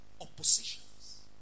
oppositions